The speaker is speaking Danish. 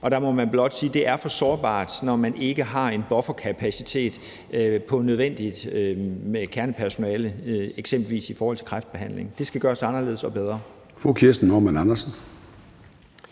Og der må man blot sige, det er for sårbart, når man ikke har en bufferkapacitet inden for kernepersonale, eksempelvis i forhold til kræftbehandling. Det skal gøres anderledes og bedre.